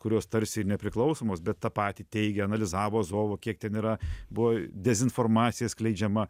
kurios tarsi nepriklausomos bet tą patį teigė analizavo azovo kiek ten yra buvo dezinformacija skleidžiama